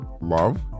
love